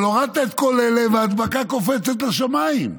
אבל הורדת את כל אלה וההדבקה קופצת לשמיים.